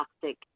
toxic